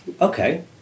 Okay